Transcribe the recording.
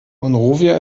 monrovia